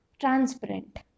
transparent